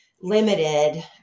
limited